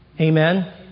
Amen